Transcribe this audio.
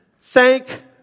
thank